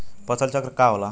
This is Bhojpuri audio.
फसल चक्र का होला?